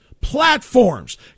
platforms